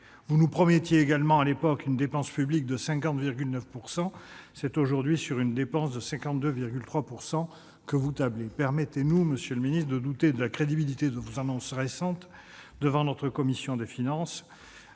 Vous nous promettiez également alors une dépense publique limitée à 50,9 % du PIB. C'est aujourd'hui sur une dépense de 52,3 % du PIB que vous tablez. Permettez-nous, monsieur le ministre, de douter de la crédibilité de vos annonces récentes devant notre commission des finances.